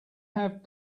have